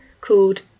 called